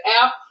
app